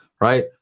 right